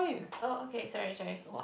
oh okay sorry sorry